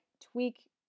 tweak